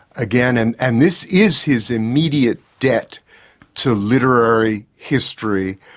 again, and and this is his immediate debt to literary history,